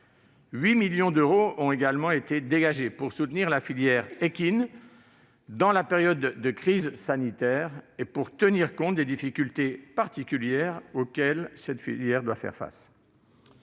8 millions d'euros ont également été dégagés pour soutenir la filière équine dans la période de crise sanitaire et pour tenir compte des difficultés particulières auxquelles elle doit faire face.